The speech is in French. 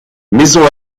maisons